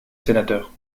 sénateur